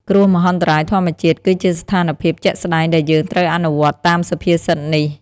គ្រោះមហន្តរាយធម្មជាតិ គឺជាស្ថានភាពជាក់ស្ដែងដែលយើងត្រូវអនុវត្តតាមសុភាសិតនេះ។